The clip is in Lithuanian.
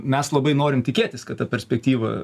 mes labai norim tikėtis kad ta perspektyva